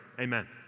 amen